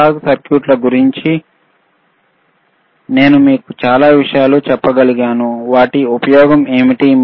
analogue సర్క్యూట్ల గురించి నేను మీకు చాలా విషయాలు చెప్పగలను వాటి ఉపయోగం ఏమిటి